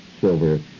silver